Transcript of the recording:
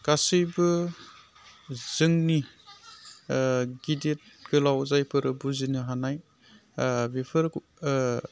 गासैबो जोंनि गिदिर गोलाव जायफोर बुजिनो हानाय बेफोर